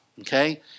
Okay